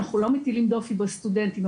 אנחנו לא מטילים דופי בסטודנטים,